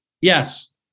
Yes